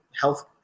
health